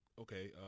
okay